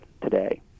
Today